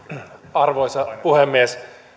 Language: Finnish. arvoisa puhemies